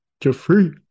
jeffrey